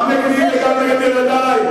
גם נגדי וגם נגד ילדי.